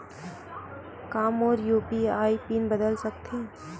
का मोर UPI PIN बदल सकथे?